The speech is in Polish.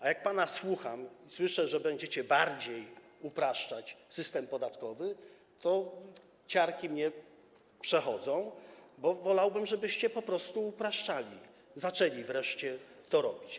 A jak pana słucham i słyszę, że będziecie bardziej upraszczać system podatkowy, to ciarki mnie przechodzą, bo wolałbym, żebyście po prostu upraszczali, zaczęli wreszcie to robić.